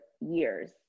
years